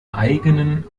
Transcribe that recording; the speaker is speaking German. eigenen